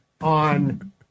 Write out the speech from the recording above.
on